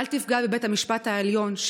אל תפגע בבית המשפט העליון,